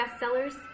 bestsellers